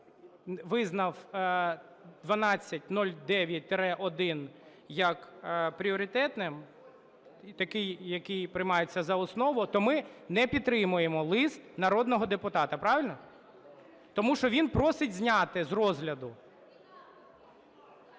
визнав 1209-1 як пріоритетний, таким, який приймається за основу, то ми не підтримуємо лист народного депутата, правильно? Тому що він просить зняти з розгляду.